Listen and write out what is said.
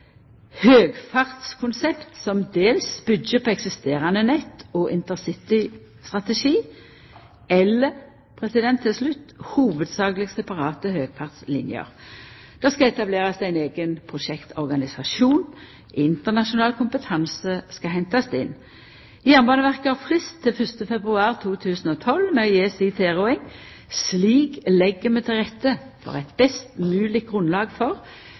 høgfartskonsept som dels byggjer på eksisterande nett og intercitystrategi hovudsakleg separate høgfartsliner Det skal etablerast ein eigen prosjektorganisasjon, og internasjonal kompetanse skal hentast inn. Jernbaneverket har frist til 1. februar 2012 med å gje si tilråding. Slik legg vi til rette for eit best mogeleg grunnlag for,